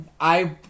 I-